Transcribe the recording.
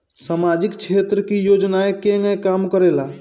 सामाजिक क्षेत्र की योजनाएं केगा काम करेले?